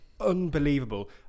unbelievable